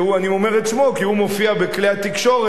אני אומר את שמו כי הוא מופיע בכלי התקשורת